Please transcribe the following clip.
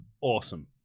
awesome